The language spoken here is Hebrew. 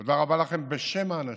תודה רבה לכם בשם האנשים,